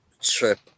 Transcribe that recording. trip